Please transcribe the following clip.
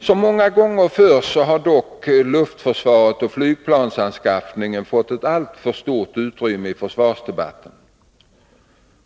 Som många gånger förr har dock luftförsvaret och flygplansanskaffningen fått ett alltför stort utrymme i försvarsdebatten.